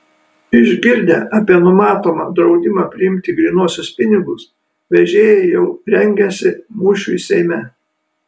išgirdę apie numatomą draudimą priimti grynuosius pinigus vežėjai jau rengiasi mūšiui seime